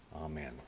Amen